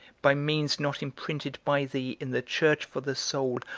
by means not imprinted by thee in the church for the soul,